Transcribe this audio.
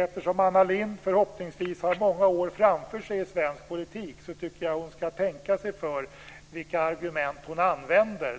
Eftersom Anna Lindh förhoppningsvis har många år framför sig i svensk politik tycker jag att hon ska tänka sig för när det gäller vilka argument hon använder.